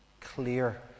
clear